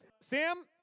Sam